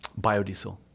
Biodiesel